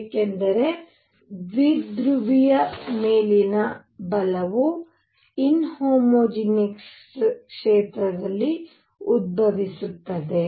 ಏಕೆಂದರೆ ದ್ವಿಧ್ರುವಿಯ ಮೇಲಿನ ಬಲವು ಇನಹೊಂಜಿನಿಯಸ್ ಕ್ಷೇತ್ರದಲ್ಲಿ ಉದ್ಭವಿಸುತ್ತದೆ